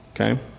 Okay